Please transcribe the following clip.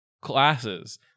classes